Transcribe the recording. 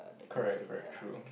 correct correct true